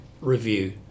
review